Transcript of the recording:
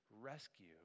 rescue